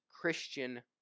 Christian